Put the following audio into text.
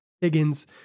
Higgins